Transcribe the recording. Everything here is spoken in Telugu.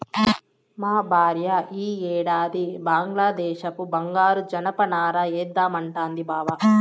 మా భార్య ఈ ఏడాది బంగ్లాదేశపు బంగారు జనపనార ఏద్దామంటాంది బావ